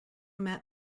met